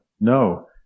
No